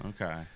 Okay